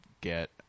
get